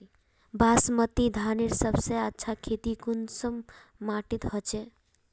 बासमती धानेर सबसे अच्छा खेती कुंसम माटी होचए?